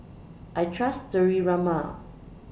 I Trust Sterimar